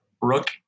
Rook